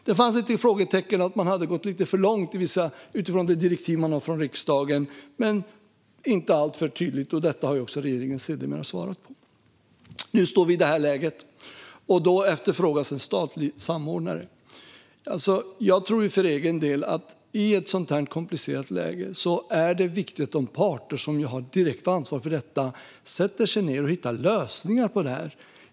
Det fanns ett frågetecken om att man utifrån riksdagens direktiv hade gått för långt, men det var inte alltför tydligt. Detta har regeringen även sedermera svarat på. Nu befinner vi oss i detta läge, och då efterfrågas en statlig samordnare. För egen del tror jag att det i ett komplicerat läge som detta är viktigt att de parter som har direkt ansvar för det här sätter sig ned och hittar lösningar.